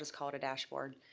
just call it a dashboard.